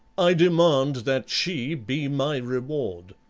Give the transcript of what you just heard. i demand that she be my reward.